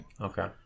Okay